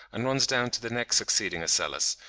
and runs down to the next succeeding ocellus,